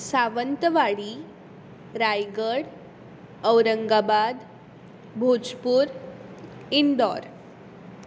Sawantwadi Raigad Aurangabad Bhojpur Indore